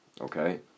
okay